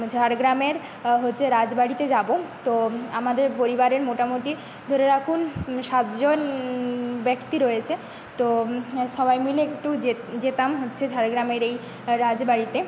ঝাড়গ্রামের হচ্ছে রাজবাড়িতে যাবো তো আমাদের পরিবারের মোটামুটি ধরে রাখুন সাতজন ব্যক্তি রয়েছে তো সবাই মিলে একটু যেতাম হচ্ছে ঝাড়গ্রামের এই রাজবাড়িতে